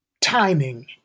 timing